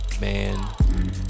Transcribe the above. man